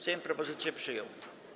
Sejm propozycję przyjął.